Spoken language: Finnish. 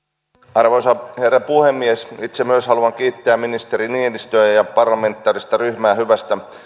arvoisa herra puhemies itse myös haluan kiittää ministeri niinistöä ja parlamentaarista ryhmää hyvästä